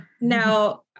Now